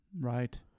Right